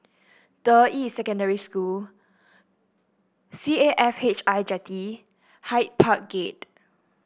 Deyi Secondary School C A F H I Jetty Hyde Park Gate